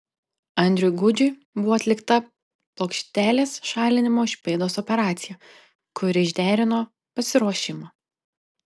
andriui gudžiui buvo atlikta plokštelės šalinimo iš pėdos operacija kuri išderino pasiruošimą